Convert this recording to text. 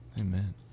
amen